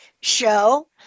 show